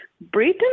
Britain